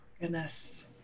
goodness